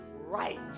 right